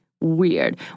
weird